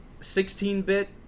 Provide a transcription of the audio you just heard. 16-bit